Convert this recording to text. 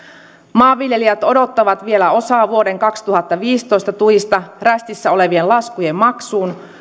maanviljelijät odottavat vielä osaa vuoden kaksituhattaviisitoista tuista rästissä olevien laskujen maksuun